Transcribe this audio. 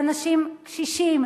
לאנשים קשישים,